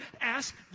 ask